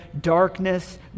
darkness